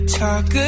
talk